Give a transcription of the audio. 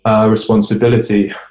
responsibility